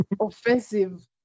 offensive